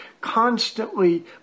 constantly